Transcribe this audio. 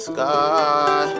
Sky